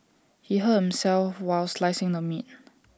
he hurt himself while slicing the meat